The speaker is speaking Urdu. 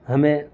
ہمیں